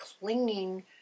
clinging